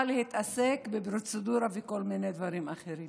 צריכה להתעסק בפרוצדורה וכל מיני דברים אחרים?